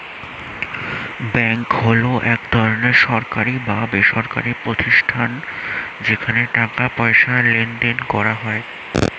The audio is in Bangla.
ব্যাঙ্ক হলো এক ধরনের সরকারি বা বেসরকারি প্রতিষ্ঠান যেখানে টাকা পয়সার লেনদেন করা যায়